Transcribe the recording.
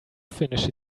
finish